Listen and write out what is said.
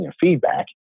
feedback